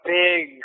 big